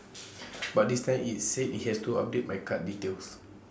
but this time IT said IT has to update my card details